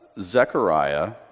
Zechariah